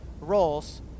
roles